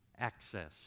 access